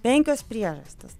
penkios priežastys